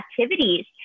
activities